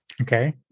Okay